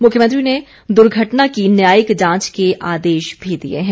मुख्यमंत्री ने दुर्घटना की न्यायिक जांच के आदेश भी दे दिए हैं